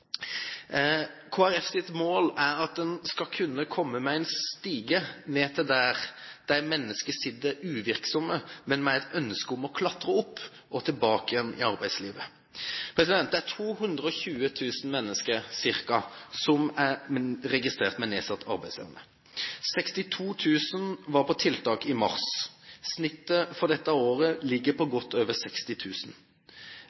mål er at en skal kunne komme med en stige til de menneskene som sitter uvirksomme, med et ønske om at de vil klatre opp og tilbake til arbeidslivet. Det er ca. 220 000 mennesker som er registrert med nedsatt arbeidsevne. 62 000 var på tiltak i mars. Snittet for dette året ligger på